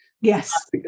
Yes